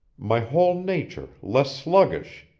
my whole nature less sluggish,